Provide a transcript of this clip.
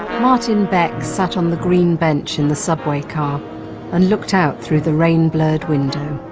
martin beck sat on the green bench in the subway car and looked out through the rain-blurred window.